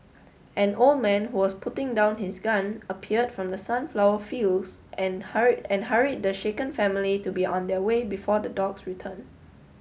an old man who was putting down his gun appeared from the sunflower fields and hurry and hurried the shaken family to be on their way before the dogs return